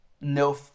no